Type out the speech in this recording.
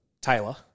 Taylor